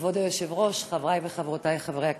כבוד היושב-ראש, חבריי וחברותיי חברי הכנסת,